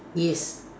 yes